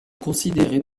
considérée